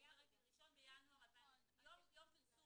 --- אנחנו ננסח